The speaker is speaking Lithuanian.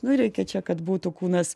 nu reikia čia kad būtų kūnas